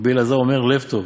רבי אלעזר אומר, לב טוב.